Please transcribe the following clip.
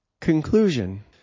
Conclusion